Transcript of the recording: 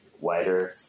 wider